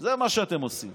זה מה שאתם עושים.